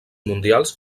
mundials